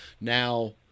now